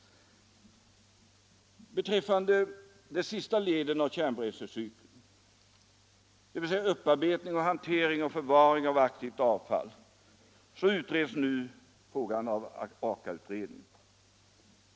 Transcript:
Frågan om de sista leden i kärnbränslecykeln, dvs. upparbetning, hantering och förvaring av aktivt avfall, utreds av Aka-utredningen.